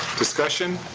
discussion?